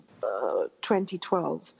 2012